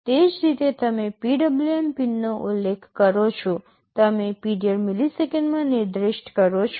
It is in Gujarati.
તે જ રીતે તમે PWM પિનનો ઉલ્લેખ કરો છો તમે પીરિયડ મિલિસેકંડમાં નિર્દિષ્ટ કરો છો